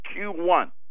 Q1